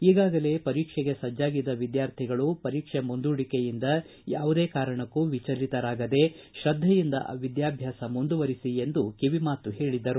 ಈಗಾಗಲೇ ಪರೀಕ್ಷೆಗೆ ಸಜ್ವಾಗಿದ್ದ ವಿದ್ವಾರ್ಥಿಗಳು ಪರೀಕ್ಷೆ ಮುಂದೂಡಿಕೆಯಿಂದ ಯಾವುದೇ ಕಾರಣಕ್ಕೂ ವಿಚಲಿತರಾಗದೇ ಶ್ರದ್ದೆಯಿಂದ ವಿದ್ವಾಭ್ವಾಸ ಮುಂದುವರಿಸಿ ಎಂದು ಕಿವಿಮಾತು ಹೇಳಿದರು